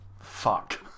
fuck